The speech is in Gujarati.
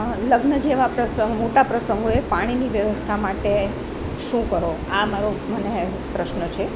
લગ્ન જેવા પ્રસંગ મોટા પ્રસંગોએ પાણીની વ્યવસ્થા માટે શું કરો આ મારો મને પ્રશ્ન છે